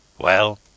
Well